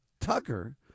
Tucker